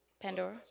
pandora